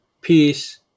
Peace